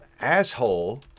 asshole